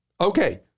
Okay